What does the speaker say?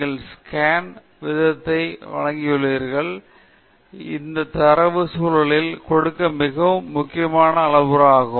நீங்கள் ஸ்கேன் விகிதத்தையும் வழங்கியுள்ளீர்கள் இது இந்த தரவு சூழலில் கொடுக்க மிக முக்கியமான அளவுருவாகும்